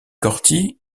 corty